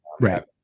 right